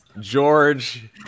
George